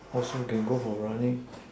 also can go for running